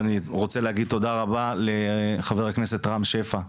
ואני רוצה להגיד תודה רבה לחבר הכנסת רם שפע,